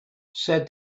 said